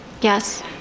Yes